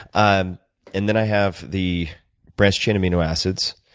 um and then i have the branched-chain amino acids.